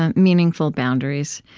ah meaningful boundaries